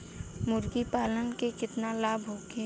मुर्गीपालन से केतना लाभ होखे?